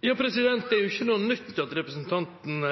Det er ikke noe nytt at representanten